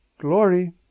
glory